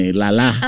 lala